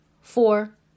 Four